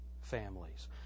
families